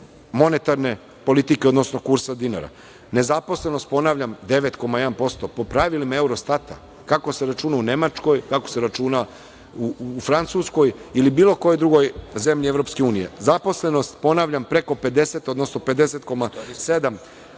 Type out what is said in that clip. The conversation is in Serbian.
monetarne politike, odnosno kursa dinara. Nezaposlenost, ponavljam, 9,1%. Po pravilima Eurostata, kako se računa u Nemačkoj, kako se računa u Francuskoj ili bilo kojoj drugoj zemlji Evropske unije, zaposlenost, ponavljam, preko 50%, odnosno 50,7%,